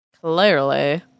Clearly